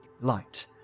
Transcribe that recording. light